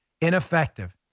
ineffective